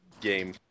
game